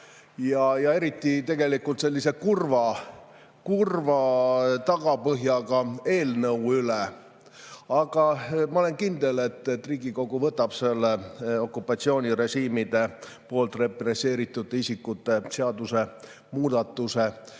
eriti tegelikult sellise kurva tagapõhjaga eelnõu üle. Aga ma olen kindel, et Riigikogu võtab selle okupatsioonirežiimide poolt represseeritud isiku seaduse muudatuse